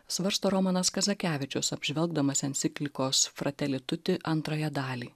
svarsto romanas kazakevičius apžvelgdamas enciklikos fratelituti antrąją dalį